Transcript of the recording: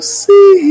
see